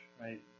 right